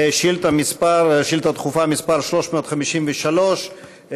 שאילתה דחופה מס' 353,